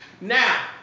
Now